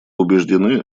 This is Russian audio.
убеждены